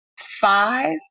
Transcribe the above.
five